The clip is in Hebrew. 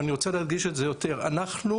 אבל אני רוצה להדגיש את זה יותר: אנחנו